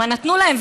ומה נתנו להם,